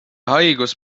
haigus